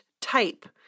type